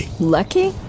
Lucky